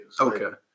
Okay